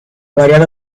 variado